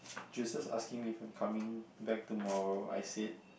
Joseph's asking me if I'm coming back tomorrow I said